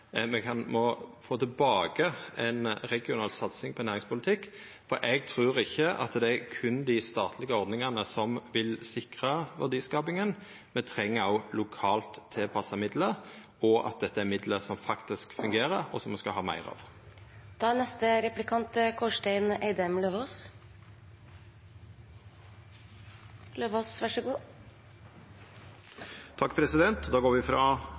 me kan byggja dei opp. Me må få tilbake ei regional satsing på næringspolitikk, for eg trur ikkje at det er berre dei statlege ordningane som vil sikra verdiskapinga. Me treng også lokalt tilpassa midlar, og dette er midlar som faktisk fungerer, og som me skal ha meir av. Da går vi